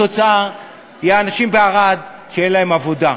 התוצאה היא האנשים בערד שאין להם עבודה.